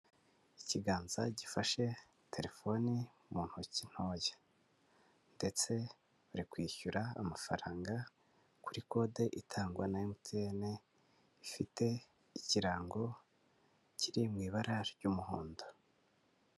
Ikiganza gifashe telefoni mu ntoki ntoya ndetse bari kwishyura amafaranga kuri kode itangwa na MTN ifite ikirango kiri mu ibara ry'umuhondo.